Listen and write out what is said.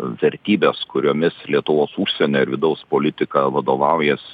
vertybes kuriomis lietuvos užsienio ir vidaus politika vadovaujasi